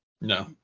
No